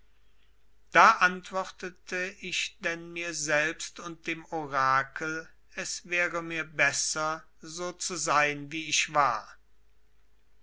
da antwortete ich denn mir selbst und dem orakel es wäre mir besser so zu sein wie ich war